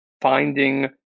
finding